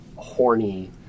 Horny